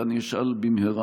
ואני אשאל במהרה,